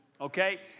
Okay